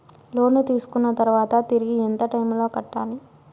లోను తీసుకున్న తర్వాత తిరిగి ఎంత టైములో కట్టాలి